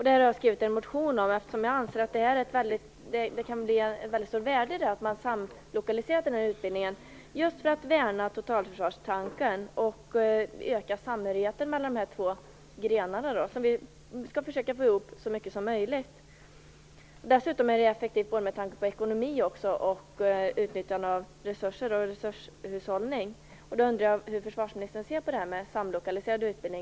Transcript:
Det här har jag skrivit en motion om, eftersom jag anser att det ligger ett stort värde i samlokaliserad utbildning - just för att värna om totalförsvarstanken och öka samhörigheten mellan de här två grenarna som vi bör försöka få ihop så mycket som möjligt. Det är dessutom effektivt med tanke på både ekonomi och resurshushållning.